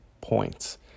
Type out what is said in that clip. points